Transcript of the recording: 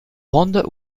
rondes